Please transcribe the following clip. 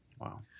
Wow